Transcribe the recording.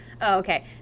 Okay